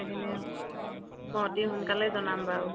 সেইখিনি মই অতি সোনকালে জনাম বাৰু